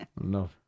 no